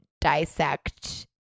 dissect